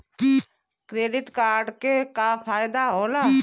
Credit card के का फायदा होला?